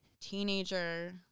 teenager